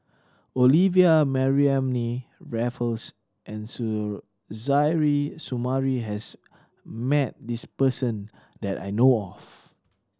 Olivia Mariamne Raffles and Suzairhe Sumari has met this person that I know of